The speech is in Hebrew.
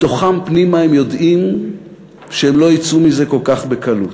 בתוכם פנימה הם יודעים שהם לא יצאו מזה כל כך בקלות.